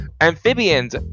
Amphibians